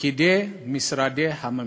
פקידי משרדי הממשלה.